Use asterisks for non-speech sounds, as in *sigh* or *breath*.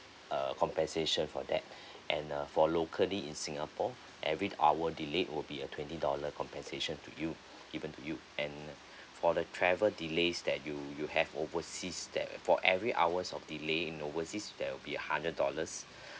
uh compensation for that *breath* and uh for locally in singapore every hour delayed will be a twenty dollar compensation to you given to you and for the travel delays that you you have overseas that for every hours of delay in overseas there will be a hundred dollars *breath*